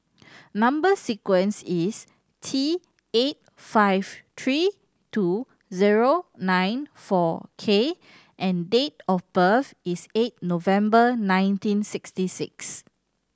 number sequence is T eight five three two zero nine four K and date of birth is eight November nineteen sixty six